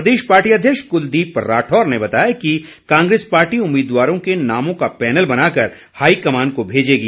प्रदेश party अध्यक्ष कुलदीप राठौर ने बताया कि कांग्रेस पार्टी उम्मीदवारों के नामों का पैनल बनाकर हाईकमान को भेजेगी